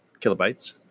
kilobytes